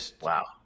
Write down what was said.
Wow